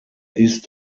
ist